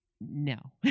No